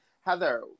Heather